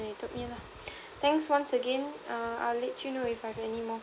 you got me lah thanks once again err I'll let you know if I have any more